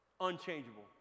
Unchangeable